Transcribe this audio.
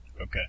Okay